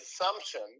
assumption